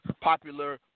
popular